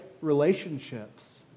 relationships